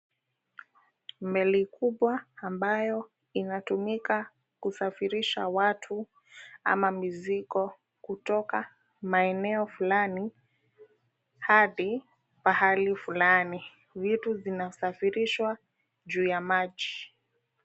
Meli kubwa ambayo inatumika kusafirisha watu ama mizigo kutoka maeneo fulani hadi pahali fulani. Vitu zinasafirishwa juu ya maji.